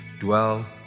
dwell